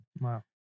Wow